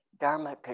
Dharma